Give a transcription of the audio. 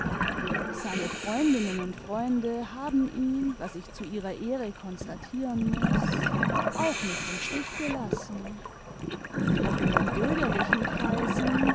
seine freundinnen und freunde haben ihn was ich zu ihrer ehre konstatieren muß auch nicht im stich gelassen ob in den bürgerlichen kreisen